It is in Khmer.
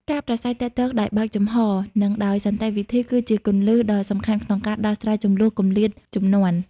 ការប្រាស្រ័យទាក់ទងដោយបើកចំហ និងដោយសន្តិវិធី គឺជាគន្លឹះដ៏សំខាន់ក្នុងការដោះស្រាយជម្លោះគម្លាតជំនាន់។